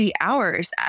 hours